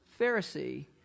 Pharisee